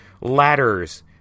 ladders